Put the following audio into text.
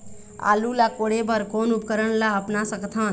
आलू ला कोड़े बर कोन उपकरण ला अपना सकथन?